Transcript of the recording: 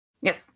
Yes